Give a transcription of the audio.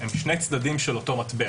"הם שני צדדים של אותו מטבע".